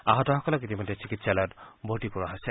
আহতসকলক ইতিমধ্যে চিকিৎসালয়ত ভৰ্তি কৰোৱা হৈছে